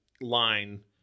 line